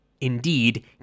Indeed